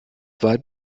weit